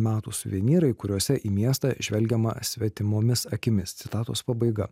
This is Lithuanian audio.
metų suvenyrai kuriuose į miestą žvelgiama svetimomis akimis citatos pabaiga